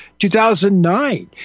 2009